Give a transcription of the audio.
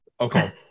okay